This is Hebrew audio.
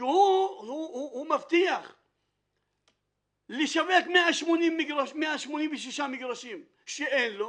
שהוא מבטיח לשווק 186 מגרשים שאין לו,